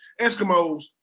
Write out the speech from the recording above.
Eskimos